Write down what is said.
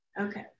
Okay